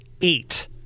eight